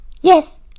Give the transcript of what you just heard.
Yes